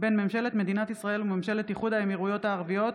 בין ממשלת מדינת ישראל וממשלת איחוד האמירויות הערביות